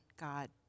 God